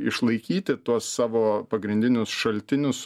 išlaikyti tuos savo pagrindinius šaltinius